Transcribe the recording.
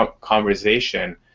conversation